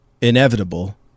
inevitable